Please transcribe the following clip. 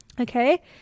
Okay